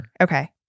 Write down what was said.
Okay